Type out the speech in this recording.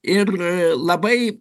ir labai